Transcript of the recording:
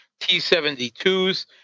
T-72s